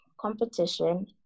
competition